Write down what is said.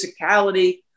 physicality